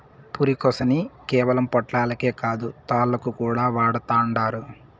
పురికొసని కేవలం పొట్లాలకే కాదు, తాళ్లుగా కూడా వాడతండారు